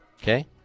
Okay